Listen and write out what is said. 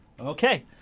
Okay